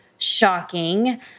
Shocking